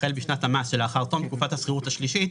החל בשנת המס שלאחר תום תקופת השכירות השלישית